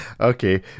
Okay